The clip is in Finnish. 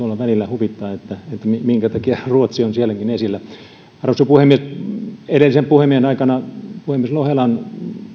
tuolla välillä huvittaa että minkä takia ruotsi on sielläkin esillä arvoisa puhemies pari vuotta sitten edellisen puhemiehen aikana meitä oli puhemies lohelan